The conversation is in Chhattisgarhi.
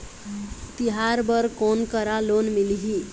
तिहार बर कोन करा लोन मिलही?